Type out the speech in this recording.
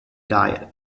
diet